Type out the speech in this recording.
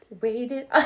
Waited